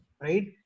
right